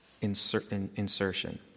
insertion